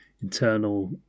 internal